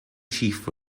chief